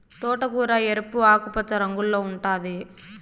తోటకూర ఎరుపు, ఆకుపచ్చ రంగుల్లో ఉంటాది